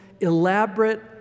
elaborate